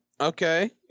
okay